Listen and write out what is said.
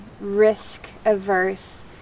risk-averse